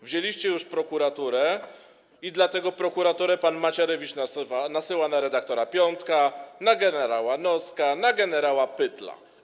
Wzięliście już prokuraturę i dlatego prokuraturę pan Macierewicz nasyła na redaktora Piątka, na gen. Noska, na gen. Pytla.